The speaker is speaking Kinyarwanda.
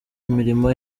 imirimo